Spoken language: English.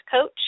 Coach